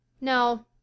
no